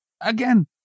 again